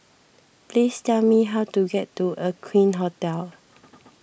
please tell me how to get to Aqueen Hotel